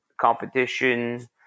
competition